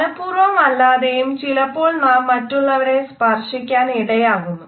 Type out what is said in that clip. മനഃപൂർവ്വമല്ലാതെയും ചിലപ്പോൾ നാം മറ്റുള്ളവരെ സ്പർശിക്കാൻ ഇടയാകുന്നു